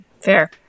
Fair